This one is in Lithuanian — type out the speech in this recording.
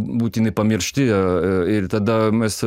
būti nepamiršti ir tada mes